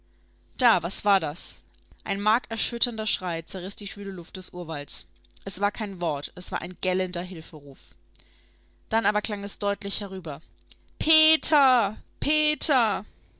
da was war das ein markerschütternder schrei zerriß die schwüle luft des urwalds es war kein wort es war ein gellender hilferuf dann aber klang es deutlich herüber pe ter pe ter